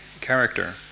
character